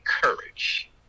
courage